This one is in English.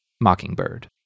Mockingbird